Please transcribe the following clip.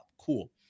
Cool